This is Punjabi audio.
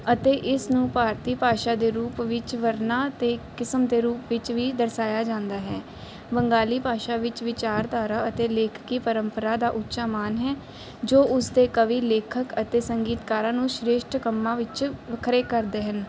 ਅਤੇ ਇਸ ਨੂੰ ਭਾਰਤੀ ਭਾਸ਼ਾ ਦੇ ਰੂਪ ਵਿੱਚ ਵਰਨਾ ਅਤੇ ਕਿਸਮ ਦੇ ਰੂਪ ਵਿੱਚ ਵੀ ਦਰਸਾਇਆ ਜਾਂਦਾ ਹੈ ਬੰਗਾਲੀ ਭਾਸ਼ਾ ਵਿੱਚ ਵਿਚਾਰਧਾਰਾ ਅਤੇ ਲੇਖਕੀ ਪਰੰਪਰਾ ਦਾ ਉੱਚਾ ਮਾਨ ਹੈ ਜੋ ਉਸਦੇ ਕਵੀ ਲੇਖਕ ਅਤੇ ਸੰਗੀਤਕਾਰਾਂ ਨੂੰ ਸ਼੍ਰੇਸ਼ਟ ਕੰਮਾਂ ਵਿੱਚ ਵੱਖਰੇ ਕਰਦੇ ਹਨ